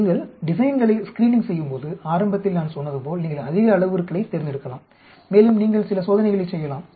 நீங்கள் டிசைன்களை ஸ்கிரீனிங் செய்யும்போது ஆரம்பத்தில் நான் சொன்னது போல் நீங்கள் அதிக அளவுருக்களைத் தேர்ந்தெடுக்கலாம் மேலும் நீங்கள் சில சோதனைகளைச் செய்யலாம்